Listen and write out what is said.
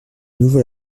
nouveau